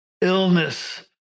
illness